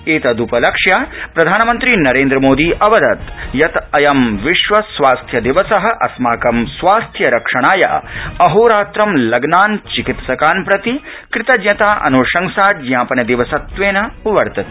एतद्रपलक्ष्य प्रधानमन्त्री नरेन्द्र मोदी अवदत् यत् अयं विश्व स्वास्थ्य दिवस अस्माकं स्वास्थ्यरक्षणाय अहोरात्रं लग्नान् चिकित्सान् प्रति कृतज्ञता अन्शंसा ज्ञापन दिवसत्वेन अस्ति